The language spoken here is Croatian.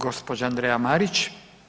Gospođa Andreja Marić.